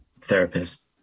therapist